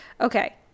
Okay